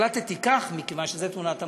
החלטתי כך, מכיוון שזו תמונת המצב.